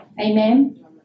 Amen